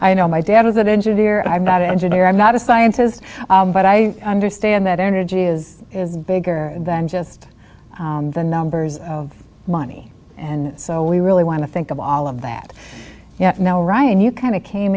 i know my dad is an engineer i'm not an engineer i'm not a scientist but i understand that energy is is bigger than just the numbers of money and so we really want to think of all of that now ryan you kind of came